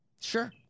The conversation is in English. Sure